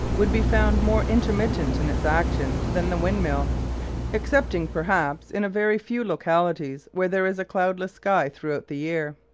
would be found more intermittent in its action than the windmill excepting perhaps in a very few localities where there is a cloudless sky throughout the year.